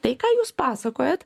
tai ką jūs pasakojat